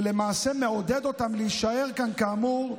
ולמעשה מעודד אותם להישאר כאן, כאמור,